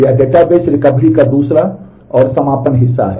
यह database recovery का दूसरा और समापन हिस्सा है